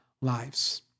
lives